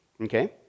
Okay